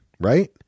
right